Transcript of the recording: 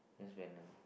there's Venom